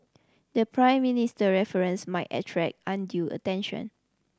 the Prime Minister reference might attract undue attention